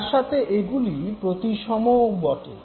তার সাথে এগুলি প্রতিসমও বটে